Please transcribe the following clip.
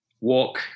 walk